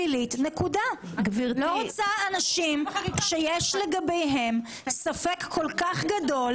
לא רוצה אנשים שיש לגביהם ספק כל כך גדול